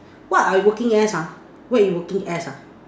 what are you working as ah what are you working as ah